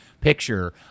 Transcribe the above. picture